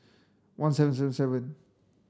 one seven seven seven